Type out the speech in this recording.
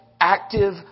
active